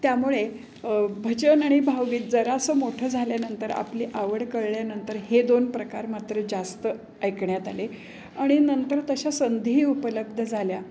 त्यामुळे भजन आणि भावगीत जरासं मोठं झाल्यानंतर आपली आवड कळल्यानंतर हे दोन प्रकार मात्र जास्त ऐकण्यात आले आणि नंतर तशा संधीही उपलब्ध झाल्या